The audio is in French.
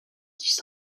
dix